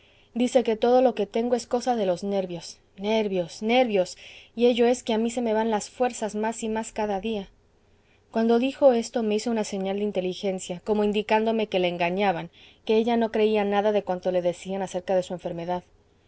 dice que todo lo que tengo es cosa de los nervios nervios nervios y ello es que a mí se me van las fuerzas más y más cada día cuando dijo esto me hizo una señal de inteligencia como indicándome que la engañaban que ella no creía nada de cuanto le decían acerca de su enfermedad